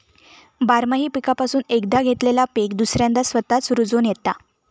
बारमाही पीकापासून एकदा घेतलेला पीक दुसऱ्यांदा स्वतःच रूजोन येता